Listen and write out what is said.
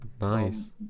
Nice